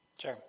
Sure